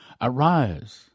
Arise